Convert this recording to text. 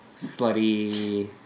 slutty